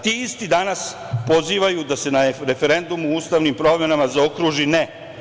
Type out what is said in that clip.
Ti isti danas pozivaju da se na referendumu o ustavnim promenama zaokruži – ne.